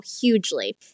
hugely